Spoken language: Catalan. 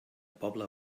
poble